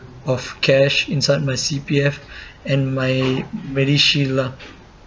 of cash inside my C_P_F and my MediShield lah